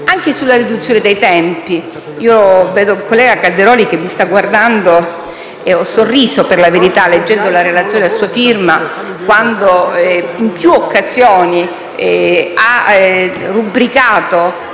Vengo alla riduzione dei tempi. Vedo il collega Calderoli che mi sta guardando. Ho sorriso, per la verità, leggendo la relazione a sua firma quando, in più occasioni, ha rubricato